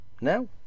Now